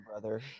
brother